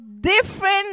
different